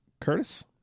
Curtis